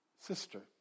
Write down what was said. sister